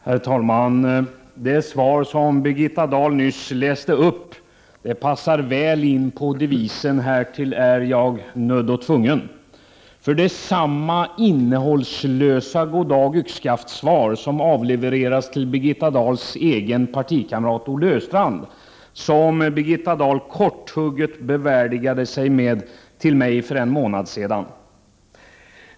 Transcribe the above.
Skröwningsprenuien, Herr talman! Det svar Birgitta Dahl nyss läste upp passar väl in på devisen: (re ”Härtill är jag nödd och tvungen.” Det är nu samma innehållslösa god dag yxskaft-svar som avlevereras till Birgitta Dahls egen partikamrat Olle Östrand som Birgitta Dahl korthugget bevärdigade mig med för en månad sedan.